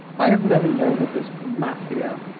i have never known of this mafia,